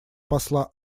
посла